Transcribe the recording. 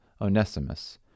Onesimus